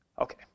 Okay